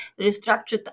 restructured